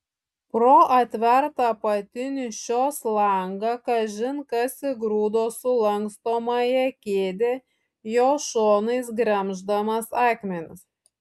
pro atvertą apatinį šios langą kažin kas įgrūdo sulankstomąją kėdę jos šonais gremždamas akmenis